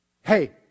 hey